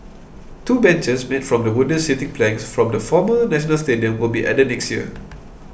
two benches made from the wooden seating planks from the former National Stadium will be added next year